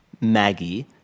Maggie